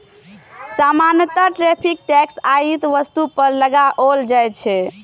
सामान्यतः tariff tax आयातित वस्तु पर लगाओल जाइ छै